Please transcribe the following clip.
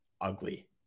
ugly